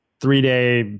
three-day